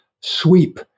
sweep